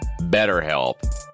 BetterHelp